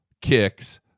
kicks